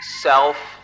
self